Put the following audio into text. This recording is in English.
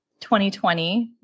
2020